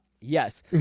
Yes